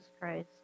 Christ